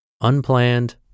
Unplanned